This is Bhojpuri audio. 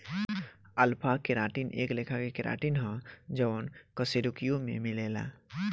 अल्फा केराटिन एक लेखा के केराटिन ह जवन कशेरुकियों में मिलेला